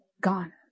Gone